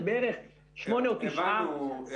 -- הבנתי.